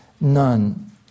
none